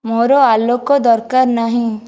ମୋର ଆଲୋକ ଦରକାର ନାହିଁ